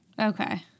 Okay